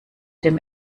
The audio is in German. dem